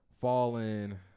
Fallen